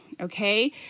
okay